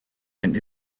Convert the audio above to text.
and